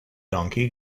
donkey